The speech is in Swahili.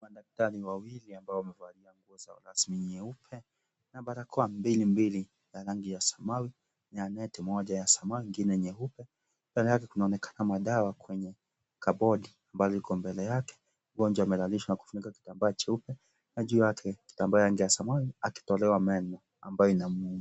Madaktari wawili ambao wamevalia nguo zao rasmi nyeupe na balakoa mbili mbili za rangi ya samawi na neti moja ya samawi na nyingine nyeupe, tayari kunaonekana madawa kwenye cupboard[cs ]ambayo iko mbele yake. Mgonjwa amelalishwa akifunikwa kitambaa cheupe na juu yake kitambaa cha rangi ya samawi akitolewa meno ambayo inamuuma.